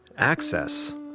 Access